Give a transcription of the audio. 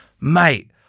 mate